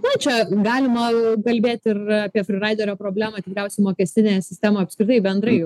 na čia galima kalbėti ir apie fryraiderio problemą tikriausiai mokestinę sistemą apskritai bendrai